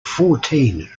fourteen